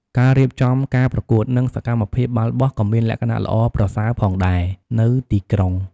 ការរៀបចំការប្រកួត និងសកម្មភាពបាល់បោះក៏មានលក្ខណៈល្អប្រសើរផងដែរនៅទីក្រុង។